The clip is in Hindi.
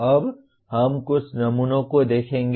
अब हम कुछ नमूनों को देखेंगे